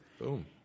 Boom